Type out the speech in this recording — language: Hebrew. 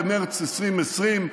במרץ 2020,